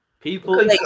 people